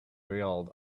herald